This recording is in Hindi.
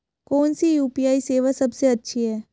कौन सी यू.पी.आई सेवा सबसे अच्छी है?